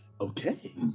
Okay